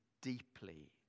deeply